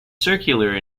circular